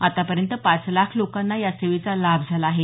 आतापर्यंत पाच लाख लोकांना या सेवेचा लाभ झाला आहे